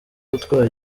utwaye